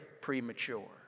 premature